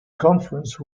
conference